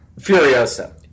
Furiosa